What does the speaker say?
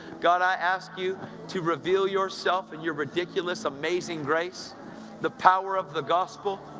god, i ask you to reveal yourself in your ridiculous, amazing grace the power of the gospel.